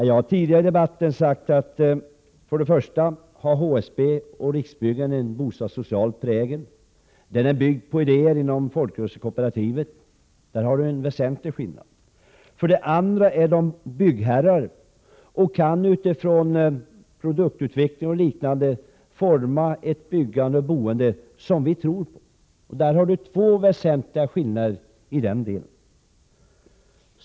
Jag har tidigare i debatten sagt att HSB och Riksbyggen för det första har en bostadssocial prägel, som bygger på idéer inom folkrörelsekooperativet. För det andra är de byggherrar och kan med utgångspunkt i produktutveckling och liknande forma ett byggande och boende som vi tror på. Det är två väsentliga skillnader.